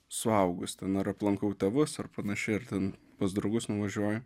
suaugus ten ar aplankau tėvus ar panašiai ar ten pas draugus nuvažiuoju